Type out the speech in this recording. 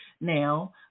Now